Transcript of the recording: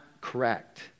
correct